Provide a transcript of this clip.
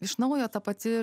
iš naujo ta pati